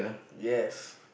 yes